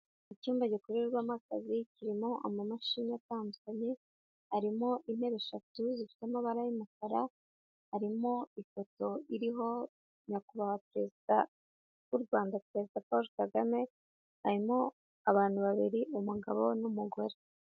Icyumba gikorerwamo akazi kirimo amamashini atandukanye, harimo intebe eshatu zifite amabara y'umukara, harimo ifoto iriho nyakubahwa perezida w'u Rwanda perezida Paul Kagame, harimo abantu babiri umugabo n'umugore.